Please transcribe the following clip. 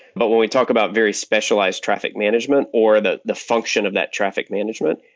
but when we talk about very specialized traffic management, or the the function of that traffic management,